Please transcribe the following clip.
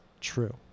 true